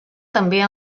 també